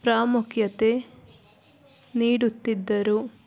ಪ್ರಾಮುಖ್ಯತೆ ನೀಡುತ್ತಿದ್ದರು